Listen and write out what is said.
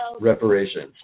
reparations